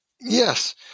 Yes